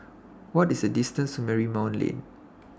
What IS The distance to Marymount Lane